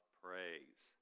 praise